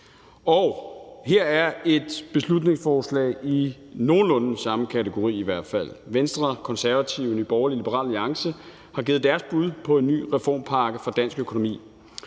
i hvert fald et beslutningsforslag i nogenlunde den samme kategori. Venstre, Konservative, Nye Borgerlige og Liberal Alliance har givet deres bud på en ny reformpakke for dansk økonomi,